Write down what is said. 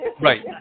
Right